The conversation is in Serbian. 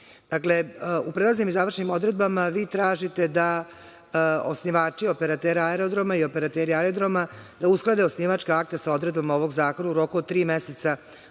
akte. Dakle, u prelaznim i završnim odredbama vi tražite da osnivači operatera aerodroma i operateri aerodroma da usklade osnivačka akata sa odredbama ovog zakona u roku od tri meseca